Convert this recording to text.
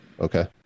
Okay